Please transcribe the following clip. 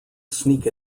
sneak